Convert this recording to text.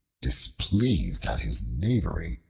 displeased at his knavery,